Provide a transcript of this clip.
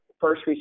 first